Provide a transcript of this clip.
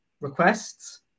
requests